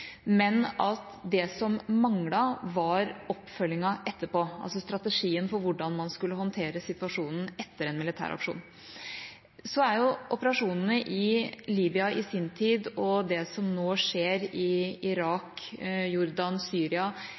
men at det som manglet, var oppfølgingen etterpå, altså strategien for hvordan man skulle håndtere situasjonen etter en militæraksjon. Så er operasjonene i Libya i sin tid og det som nå skjer i Irak, Jordan og Syria,